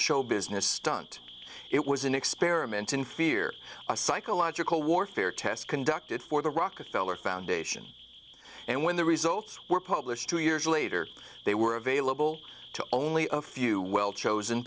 showbusiness stunt it was an experiment in fear a psychological warfare test conducted for the rockefeller foundation and when the results were published two years later they were available to only a few well chosen